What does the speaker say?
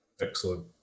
Excellent